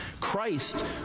Christ